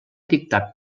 dictar